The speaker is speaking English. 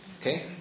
okay